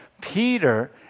Peter